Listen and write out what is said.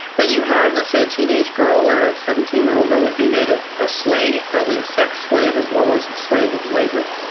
then you have, let's say, a teenage girl or a seventeen year old girl would be made a a slave, probably a sex slave as well as a slave of labor.